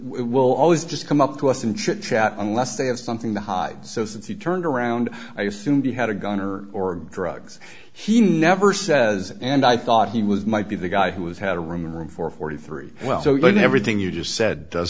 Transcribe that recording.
will always just come up to us and chit chat unless they have something to hide so since he turned around i assumed he had a gun or or drugs he never says and i thought he was might be the guy who has had a room the room for forty three well so you know everything you just said does